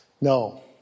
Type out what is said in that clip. No